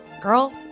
girl